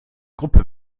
gruppe